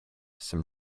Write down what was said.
some